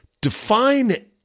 define